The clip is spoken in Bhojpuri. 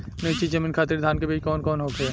नीची जमीन खातिर धान के बीज कौन होखे?